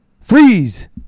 Freeze